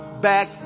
back